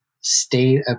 state